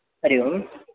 हरिः ओम्